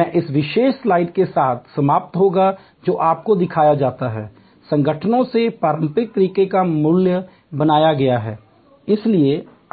मैं इस विशेष स्लाइड के साथ समाप्त होगा जो आपको दिखाता है संगठनों में पारंपरिक तरीके का मूल्य बनाया गया है